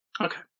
Okay